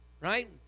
right